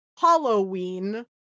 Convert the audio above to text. Halloween